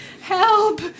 Help